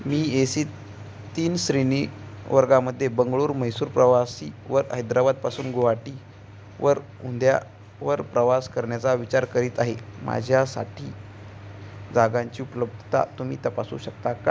me A C तीन श्रेणी वर्गामध्ये बंगळूर मैसूर प्रवासी वर हैदराबादपासून गुवाहाटी वर उद्यावर प्रवास करण्याचा विचार करीत आहे माझ्यासाठी जागांची उपलब्धता तुम्ही तपासू शकता का